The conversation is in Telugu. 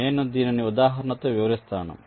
నేను దీనిని ఉదాహరణతో వివరిస్తాను